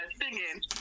singing